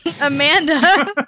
Amanda